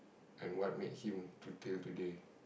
and what made him to here today